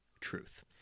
truth